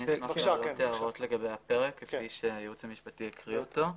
אני אשמח להעיר הערות לגבי הפרק כפי שהייעוץ המשפטי הקריא אותו.